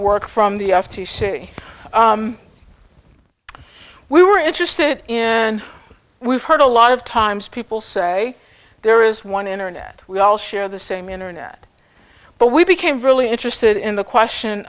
work from the f t c we were interested in and we heard a lot of times people say there is one internet we all share the same internet but we became really interested in the question